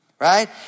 Right